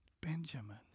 Benjamin